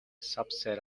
subset